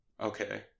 Okay